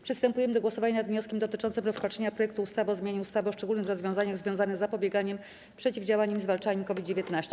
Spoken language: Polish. Przystępujemy do głosowania nad wnioskiem dotyczącym rozpatrzenia projektu ustawy o zmianie ustawy o szczególnych rozwiązaniach związanych z zapobieganiem, przeciwdziałaniem i zwalczaniem COVID-19.